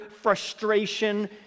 frustration